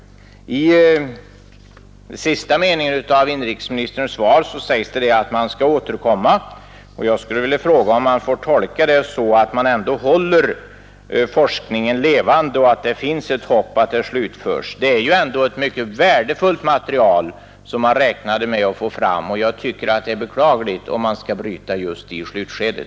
I sista meningen av inrikesministerns svar sägs att man skall återkomma, och jag vill fråga om jag får tolka det så att man ändå håller den här forskningen levande och att det finns ett hopp om att den skall slutföras. Det är ju ändå ett mycket värdefullt material som man räknade med att få fram, och jag tycker som sagt att det är beklagligt om man avbryter arbetet just i slutskedet.